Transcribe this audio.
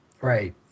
Right